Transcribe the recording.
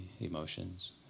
emotions